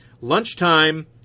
Lunchtime